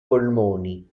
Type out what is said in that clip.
polmoni